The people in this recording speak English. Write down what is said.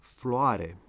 floare